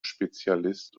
spezialist